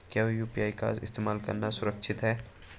क्या यू.पी.आई का इस्तेमाल करना सुरक्षित है?